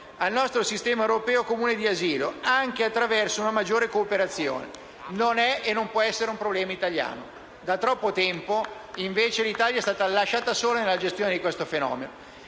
al nostro sistema europeo comune di asilo, anche attraverso una maggiore cooperazione. Questo non è e non può essere un problema italiano. Da troppo tempo, invece, l'Italia è lasciata sola nella gestione di questo fenomeno,